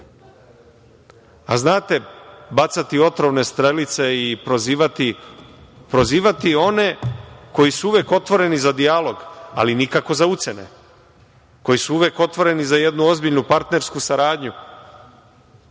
bacati otrovne strelice i prozivati one koji su uvek otvoreni za dijalog, ali nikako za ucene, koji su uvek otvoreni za jednu ozbiljnu partnersku saradnju,